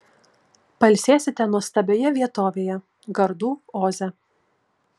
pailsėsite nuostabioje vietovėje gardų oze